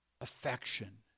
affection